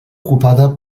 ocupada